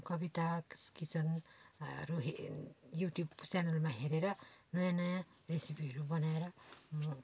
कवितास किचनहरू YouTube च्यानलमा हेरेर नयाँ नयाँ रेसिपीहरू बनाएर म